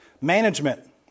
Management